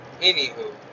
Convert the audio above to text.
Anywho